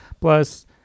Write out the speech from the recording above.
Plus